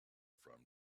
from